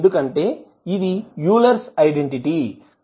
ఎందుకంటే ఇది Euler's identity Eulers identity